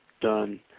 done